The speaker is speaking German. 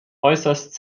äußerst